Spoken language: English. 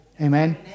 Amen